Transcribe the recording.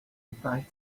inviting